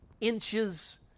inches